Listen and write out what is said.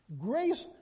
Grace